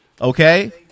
Okay